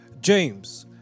James